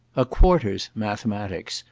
a quarter's mathematics,